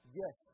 yes